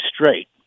straight